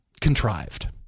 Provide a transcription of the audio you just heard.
contrived